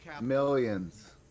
Millions